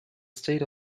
state